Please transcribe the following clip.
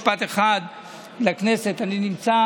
הרשימה המשותפת אחרי סעיף 4 לא נתקבלה.